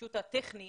פשוט הטכני,